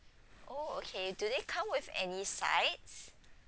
oh okay do they come with any sides